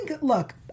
look